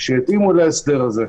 שהתאימו להסדר הזה.